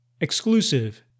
Exclusive